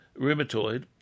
rheumatoid